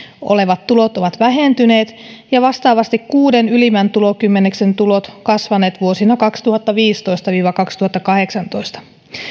olevat tulot ovat vähentyneet ja vastaavasti kuuden ylimmän tulokymmenyksen tulot kasvaneet vuosina kaksituhattaviisitoista viiva kaksituhattakahdeksantoista